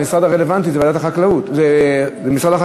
המשרד הרלוונטי הוא משרד החקלאות ממילא,